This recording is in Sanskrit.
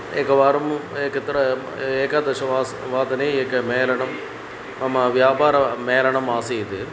एकवारं एकत्र एकादशवादाने एकं मेलनं मम व्यापारमेलनमासीद्